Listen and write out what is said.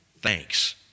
Thanks